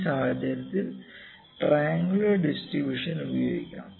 ഈ സാഹചര്യത്തിൽ triangular distribution ഉപയോഗിക്കാം